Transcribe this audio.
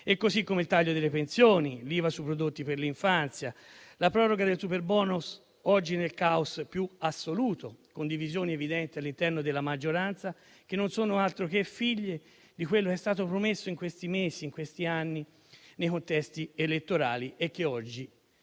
così come il taglio delle pensioni, l'IVA sui prodotti per l'infanzia, la proroga del superbonus, oggi nel caos più assoluto, con divisioni evidenti all'interno della maggioranza, che non sono altro che figlie di quello che è stato promesso in questi mesi e in questi anni nei contesti elettorali e oggi